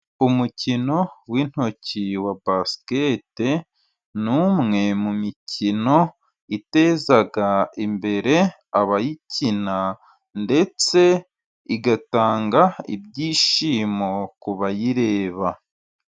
umukino w'intoki wa baskel ni umwe mu mikino yatezaga imbere abayikina ndetse igatanga ibyishimo ku bayireba